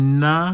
na